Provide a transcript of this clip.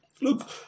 look